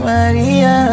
Maria